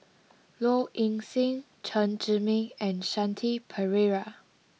Low Ing Sing Chen Zhiming and Shanti Pereira